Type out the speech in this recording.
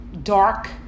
Dark